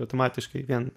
automatiškai vien